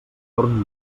torn